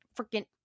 freaking